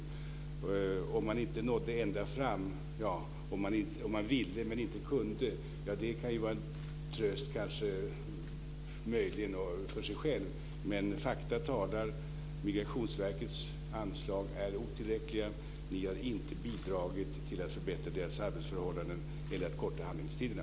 Att man inte nådde ända fram, att man ville men inte kunde kan möjligen vara en tröst för en själv, men fakta talar: Migrationsverkets anslag är otillräckliga, ni har inte bidragit till att förbättra deras arbetsförhållanden eller att korta handläggningstiderna.